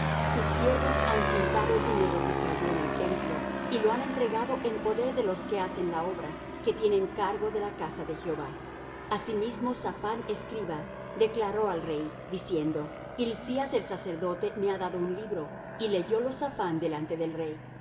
tus siervos han juntado el dinero que se halló en el templo y lo han entregado en poder de los que hacen la obra que tienen cargo de la casa de jehová asimismo saphán escriba declaró al rey diciendo hilcías el sacerdote me ha dado un libro y leyólo saphán delante del rey